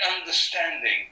understanding